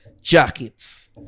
jackets